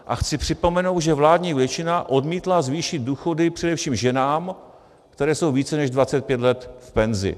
A chci připomenout, že vládní většina odmítla zvýšit důchody především ženám, které jsou více než 25 let v penzi.